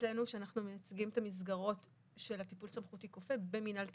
ואצלנו שמייצגים את המסגרות של טיפול סמכותי כופה במינהל תקון,